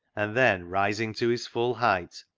and then, rising to his full height,